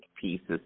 pieces